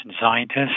scientists